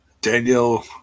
Daniel